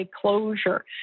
closure